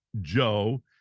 Joe